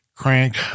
crank